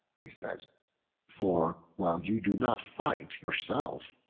they said for, while you do not fight yourself,